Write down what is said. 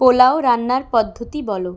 পোলাও রান্নার পদ্ধতি বলো